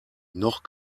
noch